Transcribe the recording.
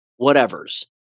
whatevers